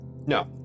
No